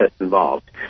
involved